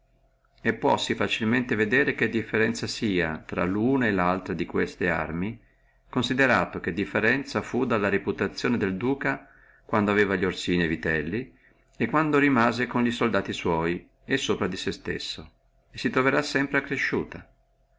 e puossi facilmente vedere che differenzia è infra luna e laltra di queste arme considerato che differenzia fu dalla reputazione del duca quando aveva franzesi soli e itelli e vitelli a quando rimase con i soldati sua e sopra sé stesso e sempre si troverrà accresciuta